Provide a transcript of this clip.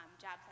jobs